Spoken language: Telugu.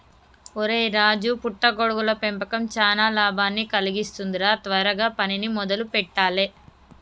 ఒరై రాజు పుట్ట గొడుగుల పెంపకం చానా లాభాన్ని కలిగిస్తుంది రా త్వరగా పనిని మొదలు పెట్టాలే